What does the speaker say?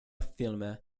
filme